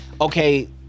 okay